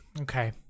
Okay